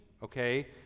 okay